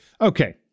Okay